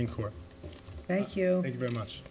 in court thank you very much